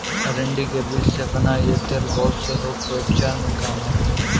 अरंडी के बीज से बना यह तेल बहुत से रोग के उपचार में काम आता है